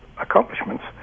accomplishments